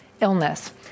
illness